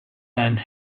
and